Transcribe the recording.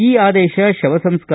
ಈ ಆದೇಶ ಶವ ಸಂಸ್ಕಾರ